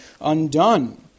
undone